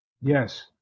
Yes